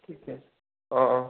ঠিক আছে অঁ অঁ